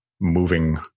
moving